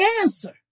answer